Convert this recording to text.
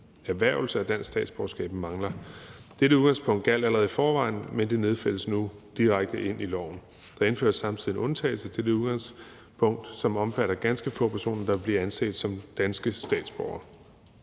erhvervelse af dansk statsborgerskab mangler. Dette udgangspunkt gjaldt allerede i forvejen, men det nedfældes nu direkte i loven. Der indføres samtidig en undtagelse til det udgangspunkt, som omfatter ganske få personer, der vil blive anset som danske statsborgere.